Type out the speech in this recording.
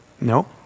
No